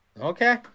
Okay